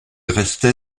restait